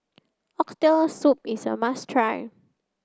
oxtail soup is a must try